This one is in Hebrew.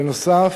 בנוסף,